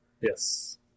Yes